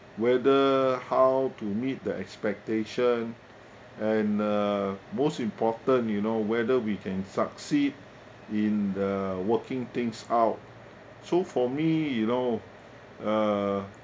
whether how to meet the expectation and uh most important you know whether we can succeed in the working things out so for me you know uh